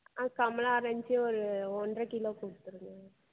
ஆ கமலா ஆரஞ்சு ஒரு ஒன்றை கிலோ கொடுத்துருங்க